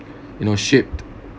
you know shipped